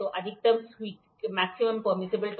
तो अधिकतम स्वीकार्य सहिष्णुता क्या है